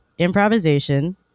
Improvisation